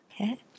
Okay